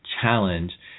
challenge